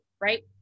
Right